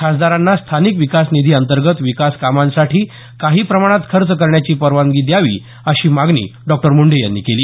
खासदारांना स्थानिक विकास निधी अंतर्गत विकास कामांसाठी काही प्रमाणात खर्च करण्याची परवानगी द्यावी अशी मागणी डॉ मुंडे यांनी केली